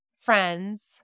friends